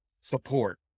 support